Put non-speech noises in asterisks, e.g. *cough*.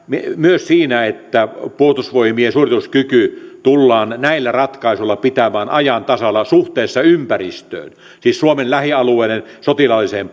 myös siinä että puolustusvoimien suorituskyky tullaan näillä ratkaisuilla pitämään ajan tasalla suhteessa ympäristöön siis suomen lähialueiden sotilaalliseen *unintelligible*